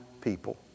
people